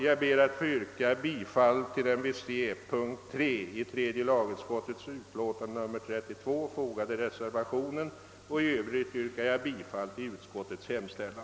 Jag ber att få yrka bifall till den vid moment C i utskottets hemställan fogade reservation III. I övrigt yrkar jag bifall till utskottets hemställan.